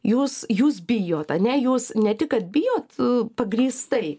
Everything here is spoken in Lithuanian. jūs jūs bijot ane jūs ne tik kad bijot pagrįstai